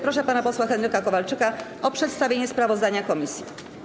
Proszę pana posła Henryka Kowalczyka o przedstawienie sprawozdania komisji.